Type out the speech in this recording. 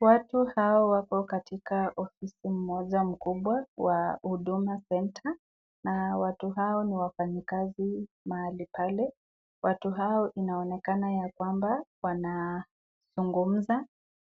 Watu hawa wako katika ofisi moja kubwa ya huduma senta na watu hawa ni wafanyikazi mahali pale. Watu hawa wanaonekana ya kwamba wanazungumza